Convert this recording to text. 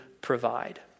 provide